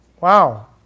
Wow